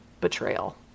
betrayal